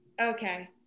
okay